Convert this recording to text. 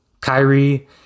Kyrie